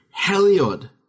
Heliod